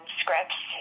scripts